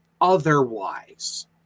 otherwise